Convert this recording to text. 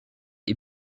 est